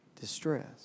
distress